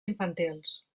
infantils